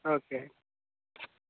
okay